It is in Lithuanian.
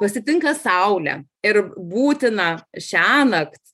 pasitinka saulę ir būtina šiąnakt